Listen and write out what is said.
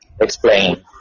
Explain